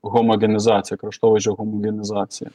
homogenizacija kraštovaizdžio homogenizacija